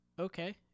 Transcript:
okay